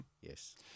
Yes